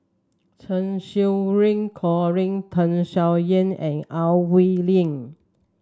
Cheng Xinru Colin Tham Sien Yen and Au Hing Yee